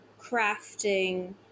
crafting